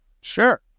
Sure